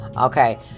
Okay